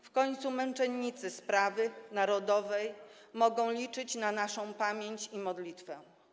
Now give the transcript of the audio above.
W końcu męczennicy sprawy narodowej mogą liczyć na naszą pamięć i modlitwę.